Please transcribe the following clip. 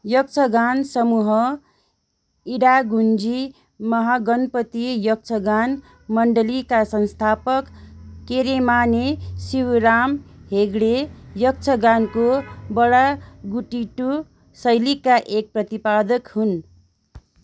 यक्षगान समूह इडागुन्जी महागणपति यक्षगाण मण्डलीका संस्थापक केरेमाने शिवराम हेगडे यक्षगानको बडागुटिटु शैलीका एक प्रतिपादक हुन्